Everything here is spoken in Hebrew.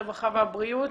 הרווחה והבריאות.